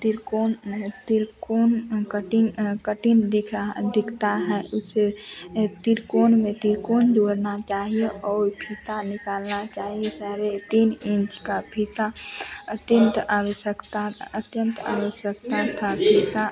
त्रिकोण नहीं त्रिकोण कटिन्ग कटिन्ग दिखा दिखता है उसे एह त्रिकोण में त्रिकोण जोड़ना चाहिए और फीता निकालना चाहिए साढ़े तीन इन्च का फीता अत्यन्त आवश्यकता अत्यन्त आवश्यकता था फीता